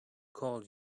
call